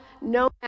no